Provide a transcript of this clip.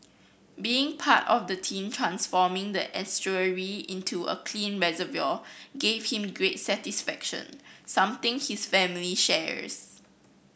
being part of the team transforming the estuary into a clean reservoir gave him great satisfaction something his family shares